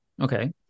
Okay